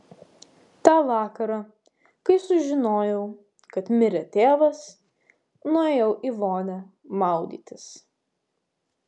tą vakarą kai sužinojau kad mirė tėvas nuėjau į vonią maudytis